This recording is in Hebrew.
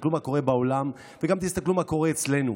תסתכלו מה קורה בעולם וגם תסתכלו מה קורה אצלנו.